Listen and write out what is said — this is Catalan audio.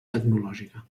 tecnològica